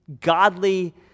godly